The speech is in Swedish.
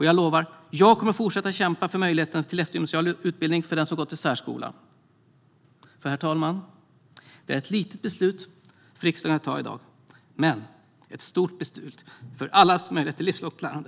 Jag lovar att jag kommer fortsätta att kämpa för möjligheten till eftergymnasial utbildning för den som gått i särskola. För, herr talman, detta är ett litet beslut för riksdagen att ta i dag men ett stort beslut för allas möjlighet till livslångt lärande.